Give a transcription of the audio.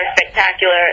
spectacular